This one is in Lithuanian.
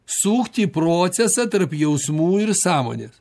sukti procesą tarp jausmų ir sąmonės